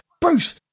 Bruce